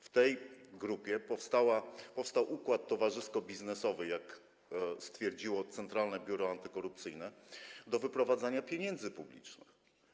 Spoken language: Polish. W tej grupie powstał układ towarzysko-biznesowy, jak stwierdziło Centralne Biuro Antykorupcyjne, do wyprowadzania pieniędzy publicznych.